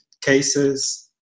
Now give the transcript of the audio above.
cases